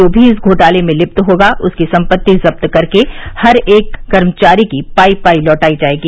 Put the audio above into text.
जो भी इस घोटाले में लिप्त होगा उसकी सम्पति जब्त करके हर एक कर्मचारी की पाई पाई लौटायी जाएगी